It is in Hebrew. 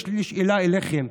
יש לי שאלה אליכם,